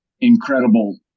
incredible